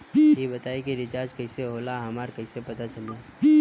ई बताई कि रिचार्ज कइसे होला हमरा कइसे पता चली?